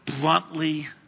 bluntly